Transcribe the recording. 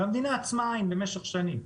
והמדינה עצמה עין במשך שנים.